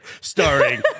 starring